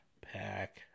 Pack